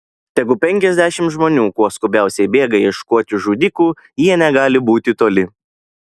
tegu penkiasdešimt žmonių kuo skubiausiai bėga ieškoti žudikų jie negali būti toli